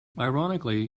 ironically